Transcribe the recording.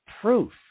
proof